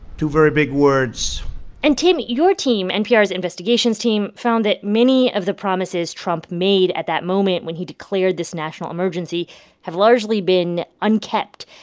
two very big words and, tim, your team npr's investigations team found that many of the promises trump made at that moment when he declared this national emergency have largely been unkept.